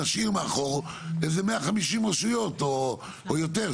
אנחנו הולכים להשאיר מאחור איזה 150 רשויות או יותר,